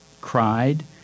cried